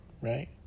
right